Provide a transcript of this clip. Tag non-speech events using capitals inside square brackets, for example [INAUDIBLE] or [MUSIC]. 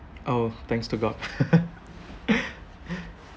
oh thanks to god [LAUGHS]